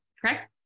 correct